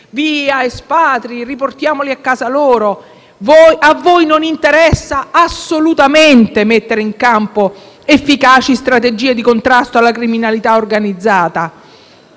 «via, espatri, riportiamoli a casa loro!». A voi non interessa assolutamente mettere in campo efficaci strategie di contrasto alla criminalità organizzata